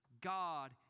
God